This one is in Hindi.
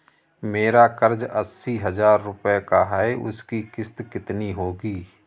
मेरा कर्ज अस्सी हज़ार रुपये का है उसकी किश्त कितनी होगी?